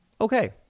okay